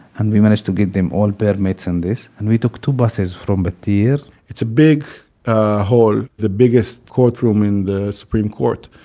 and we managed to get them all permits and this. and we took two busses from but battir ah it's a big hall, the biggest courtroom in the supreme court.